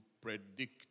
predict